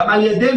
גם על ידינו,